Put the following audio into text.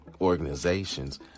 organizations